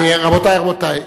רבותי,